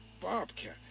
bobcat